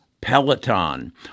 Peloton